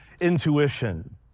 intuition